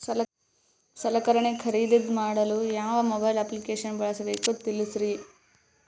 ಸಲಕರಣೆ ಖರದಿದ ಮಾಡಲು ಯಾವ ಮೊಬೈಲ್ ಅಪ್ಲಿಕೇಶನ್ ಬಳಸಬೇಕ ತಿಲ್ಸರಿ?